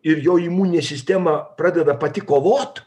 ir jo imuninė sistema pradeda pati kovot